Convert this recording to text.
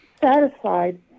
satisfied